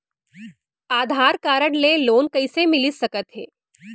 आधार card ले loan कइसे मिलिस सकत हे?